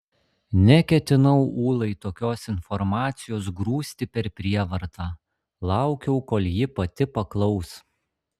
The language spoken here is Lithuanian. neketinau ulai tokios informacijos grūsti per prievartą laukiau kol ji pati paklaus